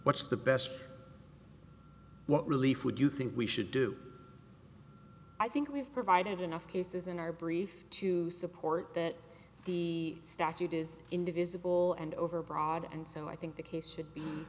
what's the best what relief would you think we should do i think we've provided enough cases in our brief to support that the statute is indivisible and overbroad and so i think the case should be